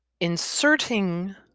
inserting